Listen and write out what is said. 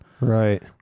Right